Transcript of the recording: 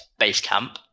Basecamp